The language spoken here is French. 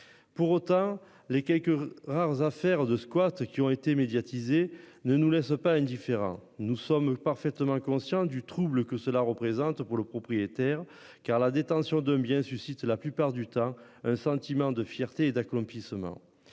Pour autant, les quelques rares affaires de squat qui ont été médiatisés ne nous laisse pas indifférent. Nous sommes parfaitement conscients du trouble que cela représente pour le propriétaire car la détention de bien suscite la plupart du temps, un sentiment de fierté et d'accomplissement.